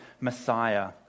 Messiah